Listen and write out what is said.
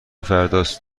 فرداست